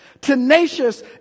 tenacious